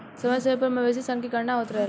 समय समय पर मवेशी सन के गणना होत रहेला